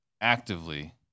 Actively